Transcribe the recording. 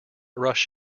rush